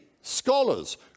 scholars